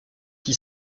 qui